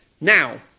Now